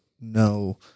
no